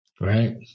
Right